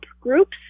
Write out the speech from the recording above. groups